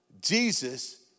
Jesus